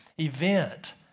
event